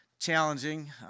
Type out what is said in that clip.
challenging